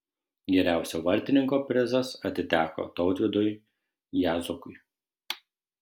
geriausio vartininko prizas atiteko tautvydui jazokui